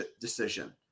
decision